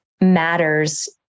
matters